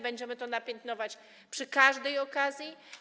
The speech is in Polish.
Będziemy to piętnować przy każdej okazji.